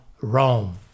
Rome